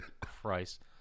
Christ